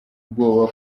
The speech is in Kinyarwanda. ubwoba